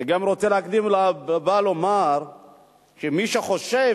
אני גם רוצה להקדים ולומר שמי שחושב